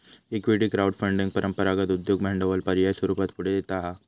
equity crowdfunding परंपरागत उद्योग भांडवल पर्याय स्वरूपात पुढे येता हा